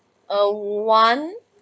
err one